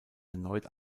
erneut